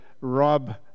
Rob